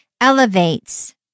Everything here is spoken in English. elevates